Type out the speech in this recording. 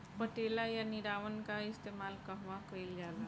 पटेला या निरावन का इस्तेमाल कहवा कइल जाला?